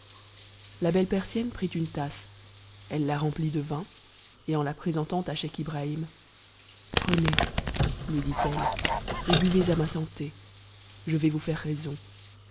la belle persienne prit une tasse elle la remplit de vin et en la présentant à scheich ibrahim prenez lui dit-elle et buvez à ma santé je vais vous faire raison